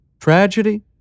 Tragedy